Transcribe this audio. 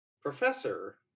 Professor